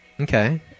Okay